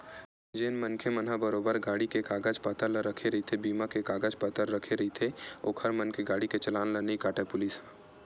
जेन मनखे मन ह बरोबर गाड़ी के कागज पतर ला रखे रहिथे बीमा के कागज पतर रखे रहिथे ओखर मन के गाड़ी के चलान ला नइ काटय पुलिस ह